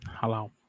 Hello